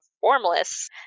formless